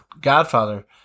Godfather